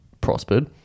prospered